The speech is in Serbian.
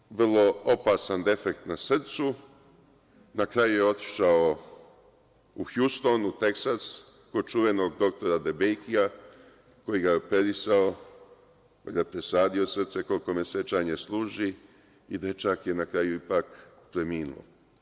Imao je vrlo opasan defekt na srcu, na kraju je otišao u Hjuston, u Teksas kod čuvenog doktora Debejkija, koji ga je operisao, pa je presadio srce, koliko me sećanje služi, i dečak je na kraju ipak preminuo.